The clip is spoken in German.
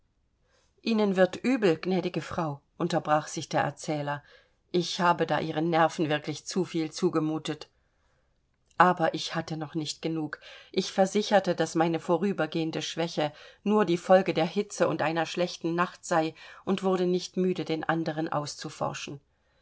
ihnen wird übel gnädige frau unterbrach sich der erzähler ich habe da ihren nerven wirklich zu viel zugemutet aber ich hatte noch nicht genug ich versicherte daß meine vorübergehende schwäche nur die folge der hitze und einer schlechten nacht sei und wurde nicht müde den andern auszuforschen